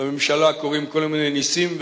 בממשלה קורים כל מיני נסים,